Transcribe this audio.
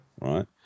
right